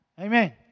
Amen